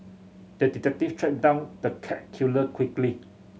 the detective tracked down the cat killer quickly